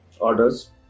orders